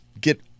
get